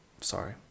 Sorry